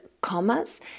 commas